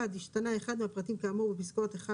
1. השתנה אחד מהפרטים כאמור פסקאות 1,